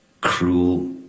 cruel